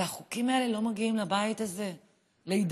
החוקים האלה לא מגיעים לבית הזה להידברות.